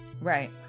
right